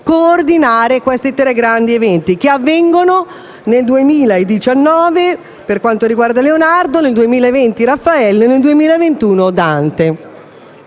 coordinare queste tre grandi eventi, che avvengono nel 2019 per quanto riguarda Leonardo, nel 2020 per quanto